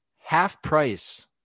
half-price